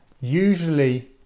Usually